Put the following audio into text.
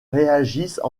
réagissent